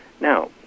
Now